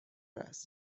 است